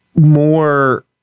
more